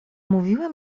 mówiła